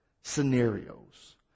scenarios